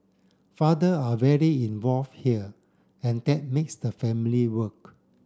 father are very involve here and that makes the family work